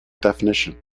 definition